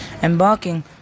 Embarking